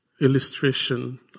illustration